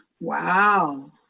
Wow